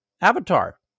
avatar